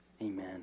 Amen